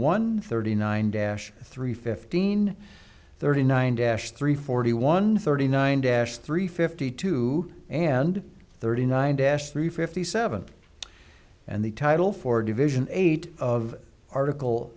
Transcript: one thirty nine dash three fifteen thirty nine dash three forty one thirty nine dash three fifty two and thirty nine dash three fifty seven and the title for division eight of article